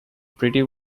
pretty